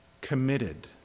committed